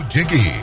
Jiggy